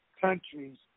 countries